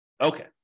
Okay